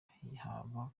haba